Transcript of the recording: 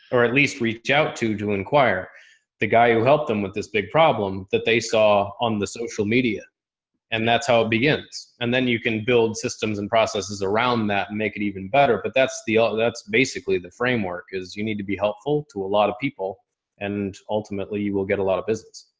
or at least reach out to? joe inquire the guy who helped him with this big problem that they saw on the social media and that's how it begins. and then you can build systems and processes around that and make it even better. but that's the, ah that's basically the framework is you need to be helpful to a lot of people and ultimately you will get a lot of business.